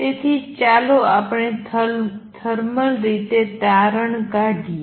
તેથી ચાલો આપણે થર્મલ રીતે તારણ કાઢીએ